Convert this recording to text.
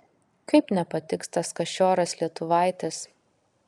kaip nepatiks tas kašioras lietuvaitis